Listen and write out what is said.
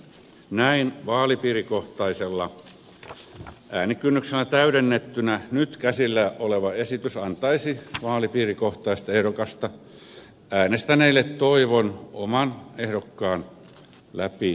näin vaalipiirikohtaisella äänikynnyksellä täydennettynä nyt käsillä oleva esitys antaisi vaalipiirikohtaista ehdokasta äänestäneille toivon oman ehdokkaan läpi saamisesta